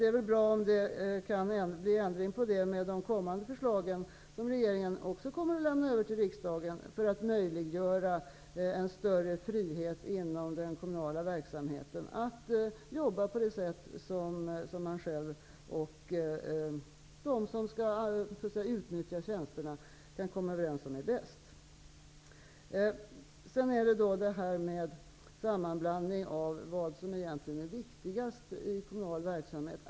Det är väl bra om det kan bli ändring på det med de kommande förslagen som regeringen avser att lämna över till riksdagen för att möjliggöra en större frihet inom den kommunala verksamheten att jobba på det sätt som man själv och de som skall utnyttja tjänsterna kan komma överens om är bäst. Sedan är det då detta med sammanblandning av vad som egentligen är viktigast i kommunal verksamhet.